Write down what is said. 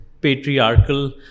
patriarchal